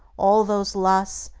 all those lusts,